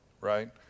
right